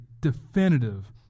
definitive